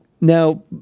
Now